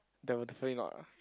they will definitely not ah